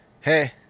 Hey